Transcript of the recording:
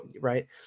right